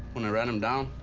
when i ran them down,